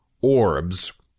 orbs